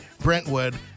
Brentwood